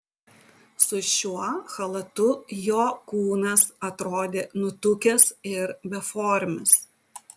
su šiuo chalatu jo kūnas atrodė nutukęs ir beformis